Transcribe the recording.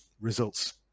results